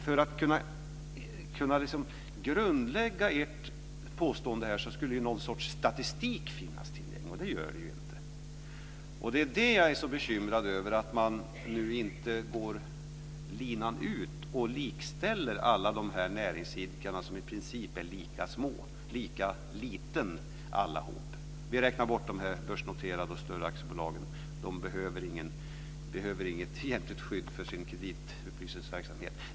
För att kunna grundlägga påståendet skulle det finnas någon sorts statistik, men det gör det inte. Det jag är bekymrad över är att man inte löper linan ut och likställer alla de näringsidkare som ju i princip är lika små. Vi räknar bort de börsnoterade och större aktiebolagen. De behöver inget skydd för sin kreditupplysningsverksamhet.